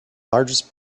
largest